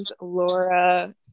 Laura